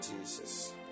Jesus